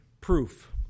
proof